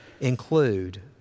include